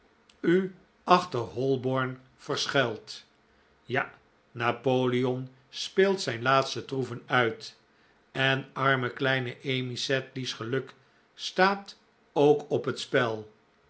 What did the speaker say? u achter holborn verschuilt ja napoleon speelt zijn laatste troeven uit en arme kleine emmy sedley's geluk staat ook op het spel